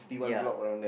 y